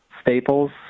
Staples